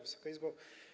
Wysoka Izbo!